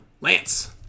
Lance